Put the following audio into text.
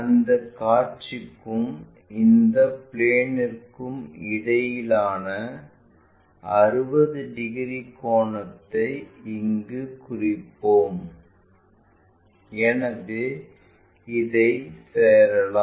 அந்தக் காட்சிக்கும் இந்த பிளேன்ற்கும் இடையிலான 60 டிகிரி கோணத்தைக் இங்கு குறிப்போம் எனவே இதை சேரலாம்